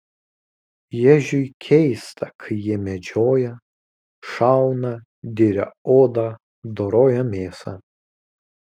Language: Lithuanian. ježiui keista kai jie medžioja šauna diria odą doroja mėsą